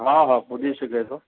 हा हा पुॼी सघे थो